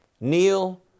Neil